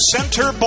Center